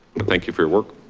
thank you for your work.